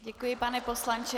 Děkuji, pane poslanče.